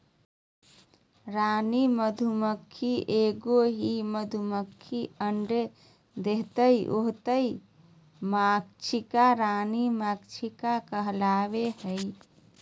रानी मधुमक्खी एगो ही मधुमक्खी अंडे देहइ उहइ मक्षिका रानी मक्षिका कहलाबैय हइ